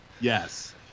Yes